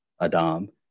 Adam